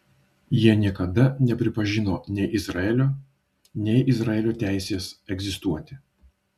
jie niekada nepripažino nei izraelio nei izraelio teisės egzistuoti